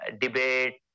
debate